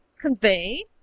convey